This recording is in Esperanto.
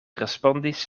respondis